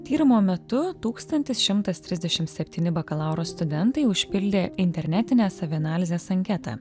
tyrimo metu tūkstantis šimtas trisdešim septyni bakalauro studentai užpildė internetinę savianalizės anketą